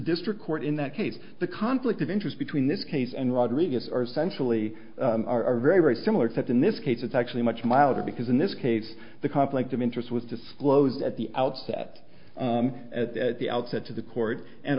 district court in that case the conflict of interest between this case and rodriguez are essentially are very very similar to that in this case it's actually much milder because in this case the conflict of interest was disclosed at the outset at the outset to the court and